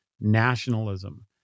nationalism